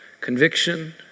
conviction